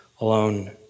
alone